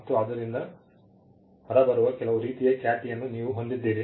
ಮತ್ತು ಅದರಿಂದ ಹೊರಬರುವ ಕೆಲವು ರೀತಿಯ ಖ್ಯಾತಿಯನ್ನು ನೀವು ಹೊಂದಿದ್ದೀರಿ